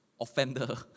offender